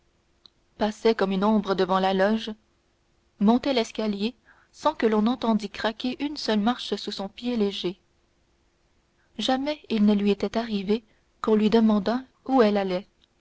passait comme une ombre devant la loge montait l'escalier sans que l'on entendît craquer une seule marche sous son pied léger jamais il ne lui était arrivé qu'on lui demandât où elle allait